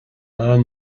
man